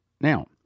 Now